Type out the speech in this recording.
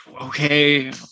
okay